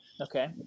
Okay